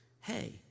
Hey